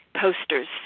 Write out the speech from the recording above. posters